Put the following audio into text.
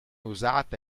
usata